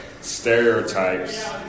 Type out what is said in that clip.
stereotypes